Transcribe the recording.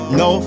no